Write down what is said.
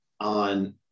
on